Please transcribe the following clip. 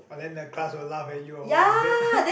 !!wah!! then that class will laugh at you or what is it